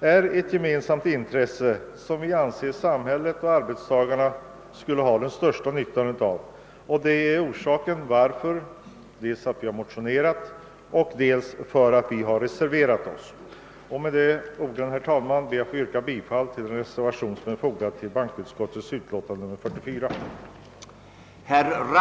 är ett gemensamt intresse för samhället och företagarna. Detta är orsaken till att vi dels har motionerat, dels har reserverat oss, Med dessa ord, herr talman, ber jag att få yrka bifall till den reservation som är fogad till bankoutskottets utlåtande nr 44.